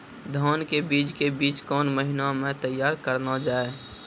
धान के बीज के बीच कौन महीना मैं तैयार करना जाए?